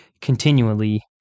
continually